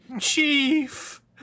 Chief